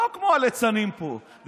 לא כמו הליצנים פה.